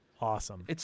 Awesome